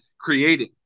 creating